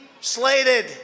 slated